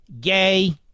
gay